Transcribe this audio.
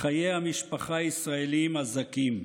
חיי המשפחה הישראליים הזכים,